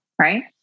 right